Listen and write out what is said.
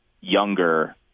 younger